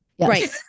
Right